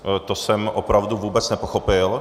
To jsem opravdu vůbec nepochopil.